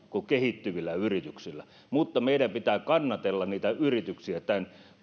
kuin kehittyvillä yrityksillä mutta meidän pitää kannatella niitä yrityksiä tämän